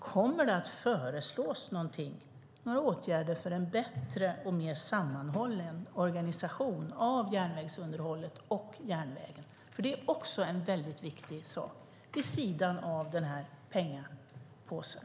Kommer det att föreslås några åtgärder för en bättre och mer sammanhållen organisation av järnvägsunderhållet och järnvägen? För det är också en viktig sak, vid sidan av pengapåsen.